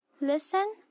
Listen